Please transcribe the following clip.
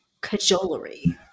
cajolery